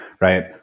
right